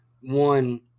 one